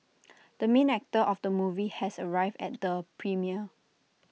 the main actor of the movie has arrived at the premiere